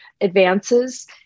advances